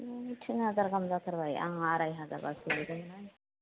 आयु तिन हाजार गाहाम जाथारबाय आं आराय हाजारबासो लागोनहाय